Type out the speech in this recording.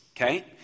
okay